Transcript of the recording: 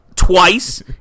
twice